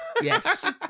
Yes